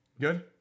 Good